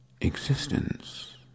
existence